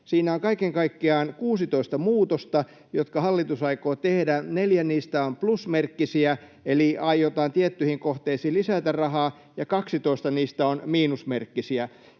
Siinä on kaiken kaikkiaan 16 muutosta, jotka hallitus aikoo tehdä, neljä niistä on plusmerkkisiä, eli aiomme tiettyihin kohteisiin lisätä rahaa, ja 12 niistä on miinusmerkkisiä.